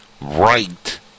right